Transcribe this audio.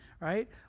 right